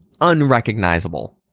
unrecognizable